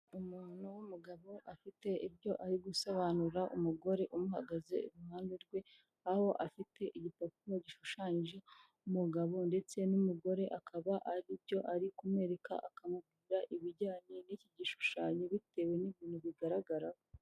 Umuntu w'umugabo afite ibyo ari gusobanura umugore umuhagaze iruhande rwe, aho afite igipupe gishushanyije, umugabo ndetse n'umugore akaba aribyo ari kumwereka akamubwira ibijyanye n'iki gishushanyo bitewe n'ibintu bigaragara.